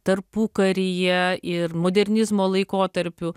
tarpukaryje ir modernizmo laikotarpiu